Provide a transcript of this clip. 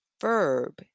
verb